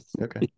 Okay